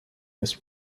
this